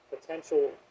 potential